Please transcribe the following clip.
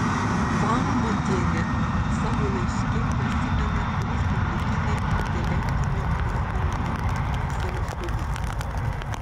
vambutienė savo laiške prisimena respublikinę intelektinio lavinimo vasaros stovyklą